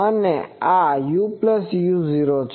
અને આ uu0 છે